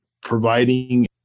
providing